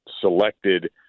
selected –